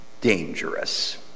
dangerous